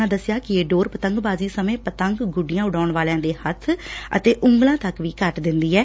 ਉਨ੍ਹਾਂ ਦੱਸਿਆ ਕਿ ਇਹ ਡੋਰ ਪਤੰਗਬਾਜ਼ੀ ਸਮੇਂ ਪਤੰਗ ਗੁੱਡੀਆਂ ਉਡਾਉਣ ਵਾਲਿਆਂ ਦੇ ਹੱਬ ਅਤੇ ਉਗਲਾਂ ਤੱਕ ਵੀ ਕੱਟ ਦਿੰਦੀ ਐ